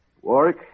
Warwick